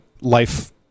life